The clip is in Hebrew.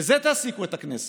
בזה תעסיקו את הכנסת,